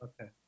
Okay